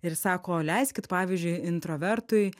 ir sako leiskit pavyzdžiui introvertui